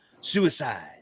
suicide